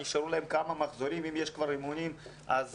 נשארו להם כמה מחזורים ואם יש כמה אימונים הם